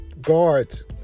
guards